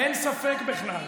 אין ספק בכלל.